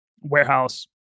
warehouse